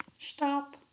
Stop